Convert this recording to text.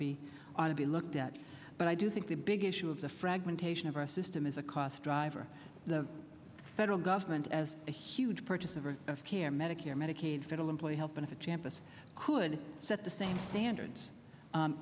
be looked at but i do think the big issue of the fragmentation of our system is a cost driver the federal government as a huge purchase of or of care medicare medicaid federal employee health benefit champus could set the same standards